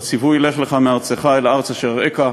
בציווי: לך לך מארצך אל הארץ אשר אראך,